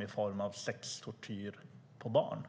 i form av sextortyr på barn.